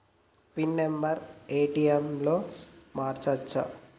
Pin number ATM లో మార్చచ్చా?